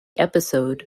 episode